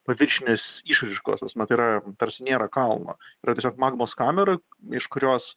paviršinės išraiškos ta prasme tai yra tarsi nėra kalno yra tiesiog magmos kamera iš kurios